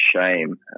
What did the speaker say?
shame